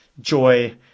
joy